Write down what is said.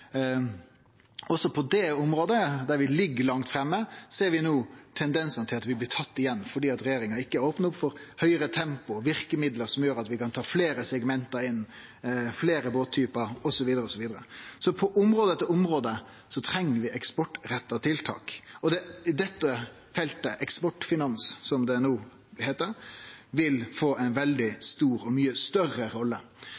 også på det området, der vi ligg langt framme, ser vi no tendensar til at vi blir tatt igjen, fordi regjeringa ikkje opnar opp for høgare tempo og verkemiddel som gjer at vi kan ta fleire segment inn, fleire båttypar osv. På område etter område treng vi eksportretta tiltak, og det er på dette feltet Eksportfinansiering Norge, som det no skal heite, vil få